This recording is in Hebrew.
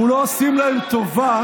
אנחנו לא עושים להם טובה,